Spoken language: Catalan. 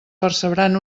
percebran